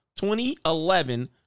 2011